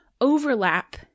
overlap